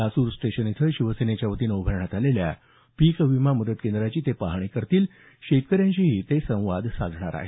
Lasur station इथं शिवसेनेच्यावतीनं उभारण्यात आलेल्या पीक विमा मदत केंद्राची ते पाहणी करणार आहेत शेतकऱ्यांशीही ते संवाद साधणार आहेत